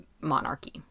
monarchy